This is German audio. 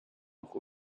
auch